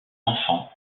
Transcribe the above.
enfant